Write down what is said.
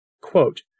Quote